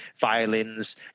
violins